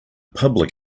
public